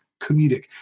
comedic